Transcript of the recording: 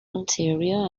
ontario